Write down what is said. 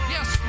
Yes